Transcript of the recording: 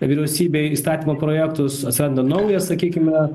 vyriausybei įstatymo projektus atsiranda naujas sakykime